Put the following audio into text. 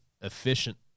efficient